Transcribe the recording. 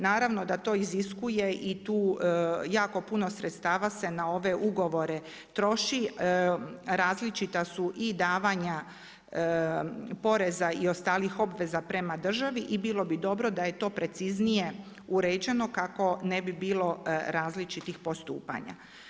Naravno da to iziskuje i tu jako puno sredstava se na ove ugovore troši, različita su i davanja poreza i ostalih obveza prema državi i bilo bi dobro da je to preciznije uređeno kako ne bi bilo različitih postupanja.